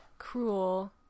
cruel